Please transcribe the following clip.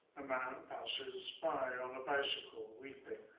a man passes by on a bicycle, weeping.